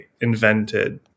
invented